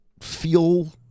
feel